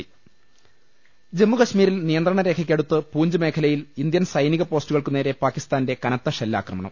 ൾ ജമ്മുകശ്മീരിൽ നിയന്ത്രണരേഖക്കടുത്ത് പൂഞ്ച് മേഖലയിൽ ഇന്ത്യൻ സൈനിക പോസ്റ്റുകൾക്കു നേരെ പാകിസ്ഥാന്റെ കനത്ത ഷെല്ലാക്രമണം